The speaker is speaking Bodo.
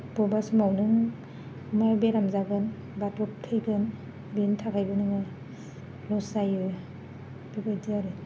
बबेबा समाव नों मा बेराम जागोन बा दब थैगोन बेनि थाखायबो नोङो लस जायो बेबायदि आरो